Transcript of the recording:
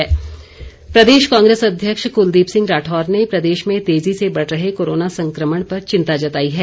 राठौर प्रदेश कांग्रेस अध्यक्ष कुलदीप सिंह राठौर ने प्रदेश में तेजी से बढ़ रहे कोरोना संक्रमण पर चिंता जताई है